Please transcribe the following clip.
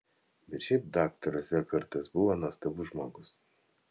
bet šiaip daktaras ekhartas buvo nuostabus žmogus